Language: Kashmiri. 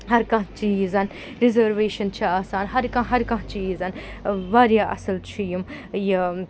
ہَر کانٛہہ چیٖز رِزٔرویشَن چھِ آسان ہَر کانٛہہ ہَر کانٛہہ چیٖز واریاہ اَصٕل چھِ یِم یہِ